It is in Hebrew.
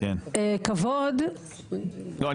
כבוד --- לא,